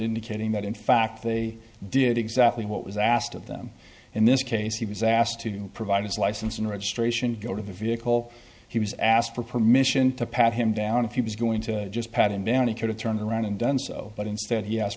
indicating that in fact they did exactly what was asked of them in this case he was asked to provide his license and registration go to the vehicle he was asked for permission to pat him down if you was going to just patted down he could have turned around and done so but instead